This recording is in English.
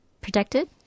protected